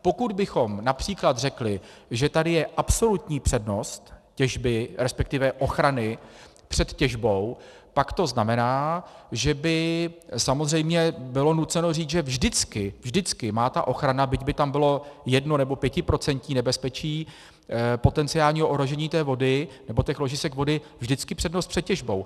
Pokud bychom např. řekli, že tady je absolutní přednost těžby, resp. ochrany před těžbou, pak to znamená, že by samozřejmě bylo nuceno říci, že vždycky, vždycky má ta ochrana, byť by tam bylo jedno nebo pětiprocentní nebezpečí potenciálního ohrožení té vody nebo těch ložisek vody, vždycky přednost před těžbou.